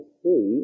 see